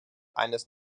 eines